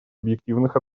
объективных